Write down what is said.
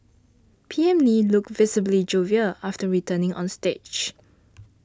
P M Lee looked visibly jovial after returning on stage